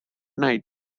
night